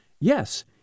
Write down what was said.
Yes